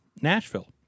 Nashville